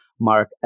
Mark